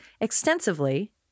extensively